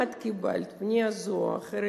אם את קיבלת פנייה זו או אחרת,